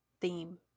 theme